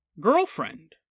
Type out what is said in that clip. girlfriend